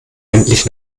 endlich